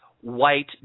white